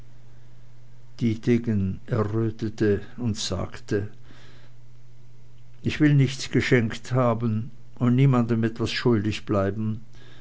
dietegen errötete und sagte ich will nichts geschenkt haben und niemandem etwas schuldig bleiben